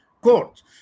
court